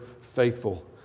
faithful